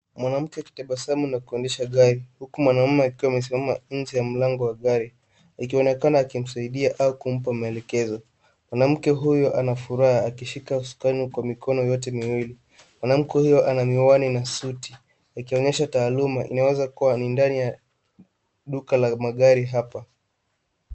Mwanamke akitabasamu na kuendesha gari huku mwanaume akiwa amesimama nje ya mlango wa gari akionenakana akimsaidia au kumpa maelekezo. Mwanamke huyu ana furaha akishika usukani kwa mikono yote miwili. Mwanaume huyu ana miwani na suti akionyesha taaluma, inaweza kuwa ni ndani ya duka la magari hapa.